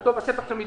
נכתוב "השטח שמדרום"